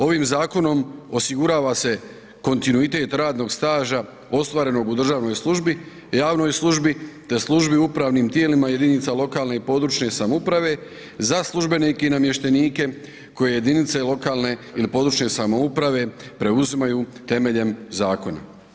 Ovim zakonom osigurava se kontinuitet radnog staža ostvarenog u državnoj službi, javnoj službi te službi u upravnim tijelima jedinica lokalne i područne samouprave za službenike i namještenike koje jedinice lokalne ili područne samouprave preuzimaju temeljem zakona.